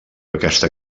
aquesta